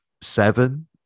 seven